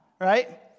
Right